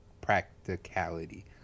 Practicality